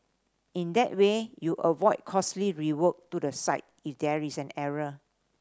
in that way you avoid costly rework to the site if there is an error